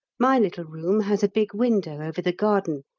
my little room has a big window over the garden,